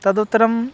तदुत्तरम्